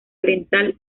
oriental